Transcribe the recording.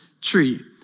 tree